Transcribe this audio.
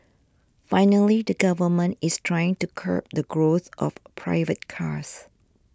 finally the government is trying to curb the growth of private cars